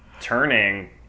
turning